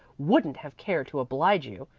wouldn't have cared to oblige you.